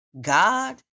god